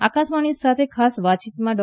આકાશવાણી સાથે ખાસ વાતચીતમાં ડો